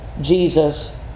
Jesus